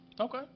Okay